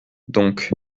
donc